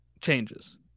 changes